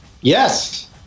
Yes